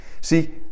See